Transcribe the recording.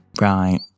Right